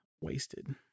wasted